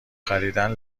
خریدن